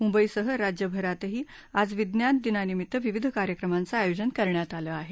मुंबईसह राज्यभरातही आज विज्ञान दिनानिमित्त विविध कार्यक्रमांचं आयोजन करण्यात आलं आहे